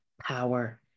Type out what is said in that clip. power